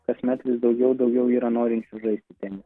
kasmet vis daugiau daugiau yra norinčių žaisti tenisą